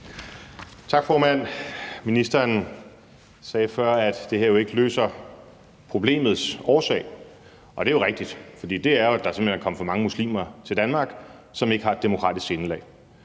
Tak, formand. Ministeren sagde før, at det her jo ikke løser problemets årsag. Og det er jo rigtigt. For det er, at der simpelt hen er kommet for mange muslimer til Danmark, som ikke har et demokratisk sindelag.